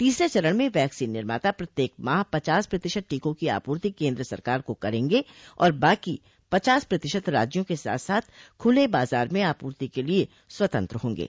तीसरे चरण में वैक्सीन निर्माता प्रत्येक माह पचास प्रतिशत टीकों की आपूर्ति केन्द सरकार को करेंगे और बाकी पचास प्रतिशत राज्यों के साथ साथ खले बाजार में आपूर्ति के लिए स्वतंत्र होंगे